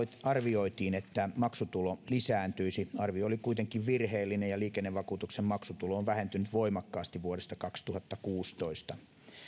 arvioitiin että maksutulo lisääntyisi arvio oli kuitenkin virheellinen ja liikennevakuutuksen maksutulo on vähentynyt voimakkaasti vuodesta kaksituhattakuusitoista